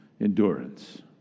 endurance